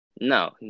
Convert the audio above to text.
No